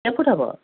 কেইফুট হ'ব